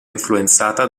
influenzata